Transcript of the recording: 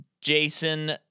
Jason